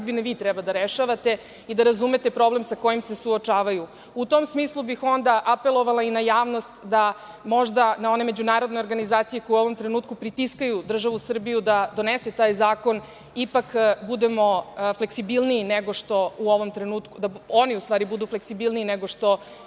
sudbine vi treba da rešavate i da razumete problem sa kojim se suočavaju.U tom smislu bih onda apelovala i na javnost da možda, na one međunarodne organizacije koje u ovom trenutku pritiskaju državu Srbiju da donese taj zakon, ipak budemo fleksibilniji, da oni u stvari budu fleksibilniji nego što